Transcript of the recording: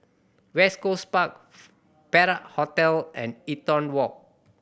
West Coast Park Perak Hotel and Eaton Walk